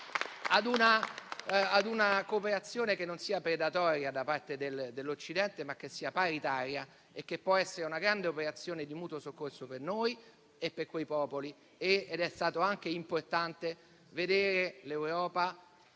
a una cooperazione che non sia predatoria da parte dell'Occidente, ma che sia paritaria e che può essere una grande operazione di mutuo soccorso per noi e per quei popoli. È stato anche importante vedere l'Europa